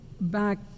back